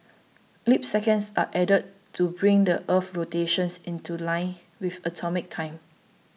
leap seconds are added to bring the Earth's rotations into line with atomic time